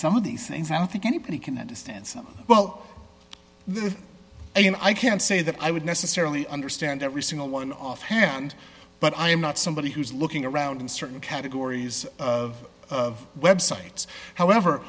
some of these things out think anybody can understand so well i mean i can't say that i would necessarily understand every single one offhand but i am not somebody who's looking around in certain categories of websites however